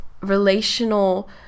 relational